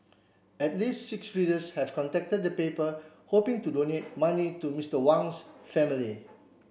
at least six readers have contacted the paper hoping to donate money to Mister Wang's family